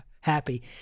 happy